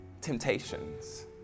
temptations